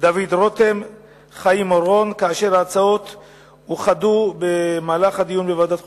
דוד רותם וחיים אורון ואוחדו במהלך הדיון בוועדת החוקה,